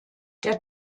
der